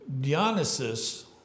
Dionysus